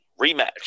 rematch